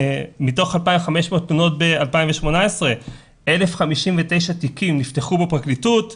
מתוך 2,500 תלונות ב-2018 1,059 תיקים נפתחו בפרקליטות,